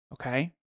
okay